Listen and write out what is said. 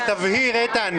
רק תסביר איתן,